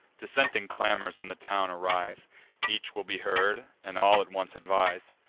dissenting clamors in the town arise each will be heard, and all at once advise.